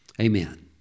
Amen